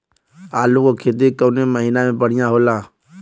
आलू क खेती कवने महीना में बढ़ियां होला?